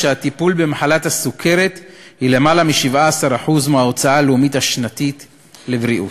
הטיפול במחלת הסוכרת הוא למעלה מ-17% מההוצאה הלאומית השנתית על בריאות.